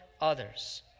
others